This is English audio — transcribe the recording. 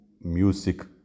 music